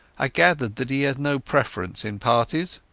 i gathered that he had no preference in parties.